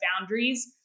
boundaries